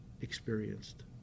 experienced